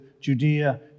Judea